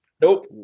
nope